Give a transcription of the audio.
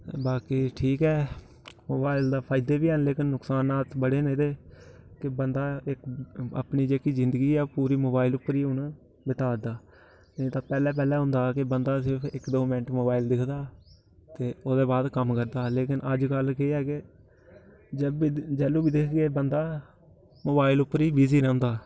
बाकी ठीक ऐ मोबाइल दे फायदे बी हैन लेकिन नुकसानात बड़े ने एह्दे कि बन्दा अपनी जेह्की जिन्दगी ऐ ओह् पूरी मोबाइल उप्पर ही हून बिता दा नेईं तां पैह्ले पैह्ले होंदा हा कि बन्दा सिर्फ इक दो मिन्ट मोबाइल दिखदा हा ते ओह्दे बाद कम्म करदा हा लेकिन अज्जकल केह् ऐ कि जब बी जेह्लू बी दिखगे बन्दा मोबाइल उप्पर ही बिजी रौंह्दा